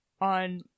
on